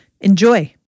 Enjoy